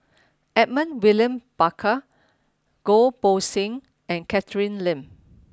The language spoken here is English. Edmund William Barker Goh Poh Seng and Catherine Lim